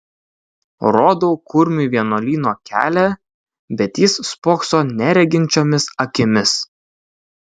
rodau kurmiui vienuolyno kelią bet jis spokso nereginčiomis akimis